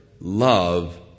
Love